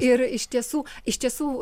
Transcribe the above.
ir iš tiesų iš tiesų